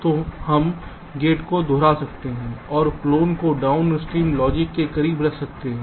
तो हम गेट को दोहरा सकते हैं और क्लोन को डाउनस्ट्रीम लॉजिक के करीब रख सकते हैं